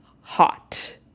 hot